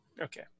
Okay